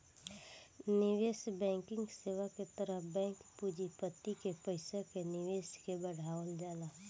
निवेश बैंकिंग सेवा के तहत बैंक पूँजीपति के पईसा के निवेश के बढ़ावल जाला